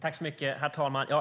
Herr talman!